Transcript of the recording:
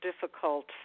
difficult